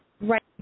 Right